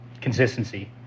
consistency